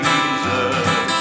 Jesus